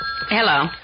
Hello